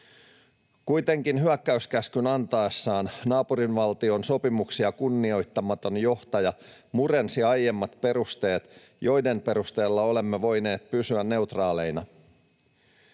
Kuitenkin hyökkäyskäskyn antaessaan naapurivaltion sopimuksia kunnioittamaton johtaja murensi aiemmat perusteet, joiden perusteella olemme voineet pysyä neutraaleina.